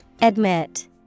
Admit